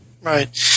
right